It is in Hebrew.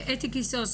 אתי קיסוס,